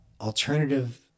alternative